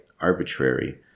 arbitrary